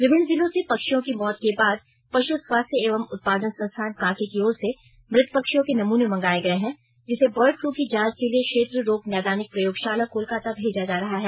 विभिन्न जिलों से पक्षियों की मौत के बाद पशु स्वास्थ्य एवं उत्पादन संस्थान कांके की ओर से मृत पक्षियों के नूमने मंगाये गये हैं जिसे बर्ड फ़लू की जांच के लिए क्षेत्र रोग नैदानिक प्रयोगशाला कोलकाता भेजा जा रहा है